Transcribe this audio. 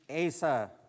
Asa